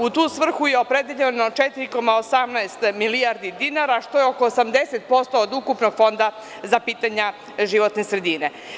U tu svrhu je opredeljeno 4,18 milijardi dinara, što je oko 80% od ukupnog fonda za pitanja životne sredine.